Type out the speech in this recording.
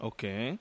Okay